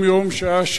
שעה-שעה,